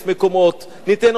ניתן עוד 1,000 מלגות,